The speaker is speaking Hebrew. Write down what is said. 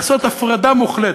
לעשות הפרדה מוחלטת,